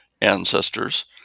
ancestors